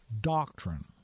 doctrine